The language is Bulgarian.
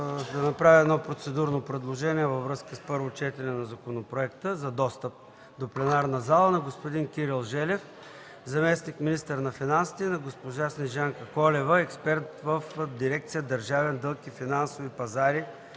да направя едно процедурно предложение във връзка с първото четене на законопроекта за достъп до пленарната зала на господин Кирил Желев – заместник-министър на финансите, и на госпожа Снежанка Колева – експерт в дирекция „Държавен дълг и финансови пазари”